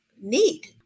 need